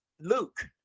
Luke